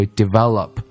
develop